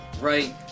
right